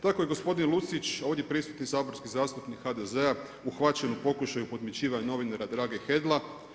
Tako je gospodin Lucić ovdje prisutni saborski zastupnik HDZ-a uhvaćen u pokušaju podmićivanja novinara Drage Hedla.